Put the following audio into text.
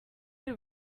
who